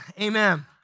Amen